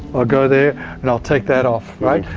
i'll go there and i'll take that off, right?